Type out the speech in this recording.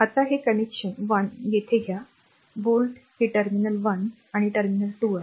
आता हे कनेक्शन 1 येथे घ्या volt हे टर्मिनल 1 आणि टर्मिनल 2 आहे